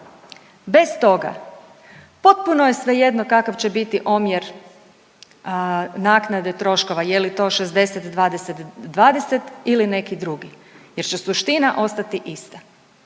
Bez toga potpuno je svejedno kakav će biti omjer naknade troškova je li to 60, 20, 20 ili neki drugi jer će suština ostati ista.